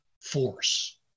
force